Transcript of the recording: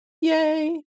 Yay